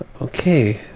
Okay